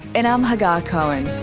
and i'm hagar cohen.